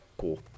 Cool